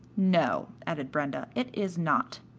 no, added brenda, it is not.